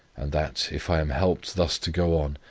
and that, if i am helped thus to go on,